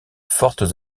fortes